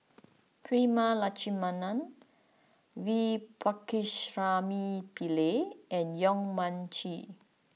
Prema Letchumanan V Pakirisamy Pillai and Yong Mun Chee